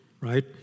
right